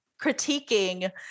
critiquing